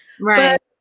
Right